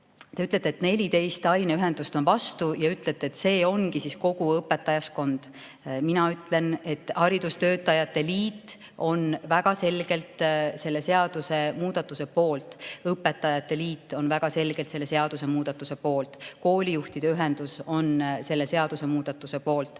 te ütlete, et 14 aineühendust on vastu, ja ütlete, et see ongi kogu õpetajaskond. Mina ütlen, et haridustöötajate liit on väga selgelt selle seadusemuudatuse poolt, õpetajate liit on väga selgelt selle seadusemuudatuse poolt, koolijuhtide ühendus on selle seadusemuudatuse poolt.